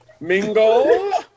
Mingle